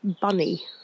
bunny